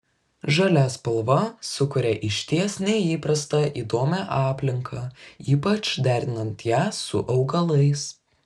žalia spalva sukuria išties neįprastą įdomią aplinką ypač derinant ją su augalais